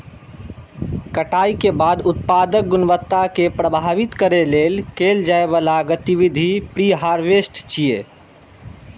कटाइ के बाद उत्पादक गुणवत्ता कें प्रभावित करै लेल कैल जाइ बला गतिविधि प्रीहार्वेस्ट छियै